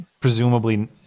Presumably